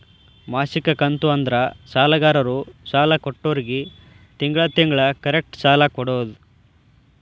ಮಾಸಿಕ ಕಂತು ಅಂದ್ರ ಸಾಲಗಾರರು ಸಾಲ ಕೊಟ್ಟೋರ್ಗಿ ತಿಂಗಳ ತಿಂಗಳ ಕರೆಕ್ಟ್ ಸಾಲ ಕೊಡೋದ್